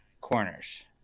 corners